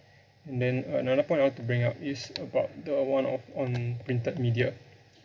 and then another point I want to bring up is about the one of on printed media